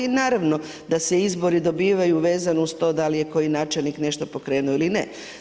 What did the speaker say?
I naravno da se izbori dobivaju vezano uz to da li je koji načelnik nešto pokrenuo ili ne.